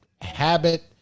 habit